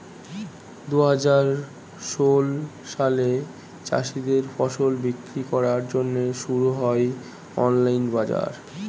দুহাজার ষোল সালে চাষীদের ফসল বিক্রি করার জন্যে শুরু হয় অনলাইন বাজার